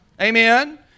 Amen